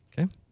Okay